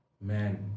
man